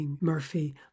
Murphy